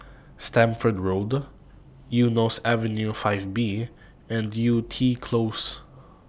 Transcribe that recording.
Stamford Road Eunos Avenue five B and Yew Tee Close